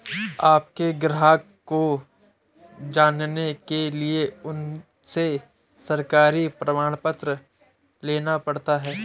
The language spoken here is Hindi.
अपने ग्राहक को जानने के लिए उनसे सरकारी प्रमाण पत्र लेना पड़ता है